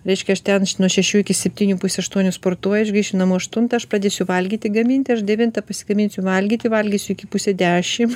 reiškia aš ten š nuo šešių iki septynių pusę aštuonių sportuoju aš grįšiu namo aštuntą aš pradėsiu valgyti gaminti aš devintą pasigaminsiu valgyti valgysiu iki pusė dešimt